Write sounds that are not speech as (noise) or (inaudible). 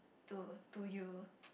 to to you (noise)